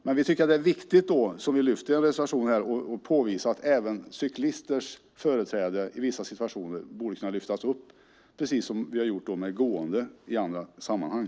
Det är viktigt, som vi påvisar i en reservation, att även cyklisters företräde i vissa situationer lyfts upp, precis som vi har gjort när det gäller gående i andra sammanhang.